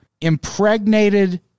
impregnated